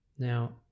Now